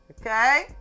Okay